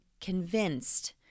convinced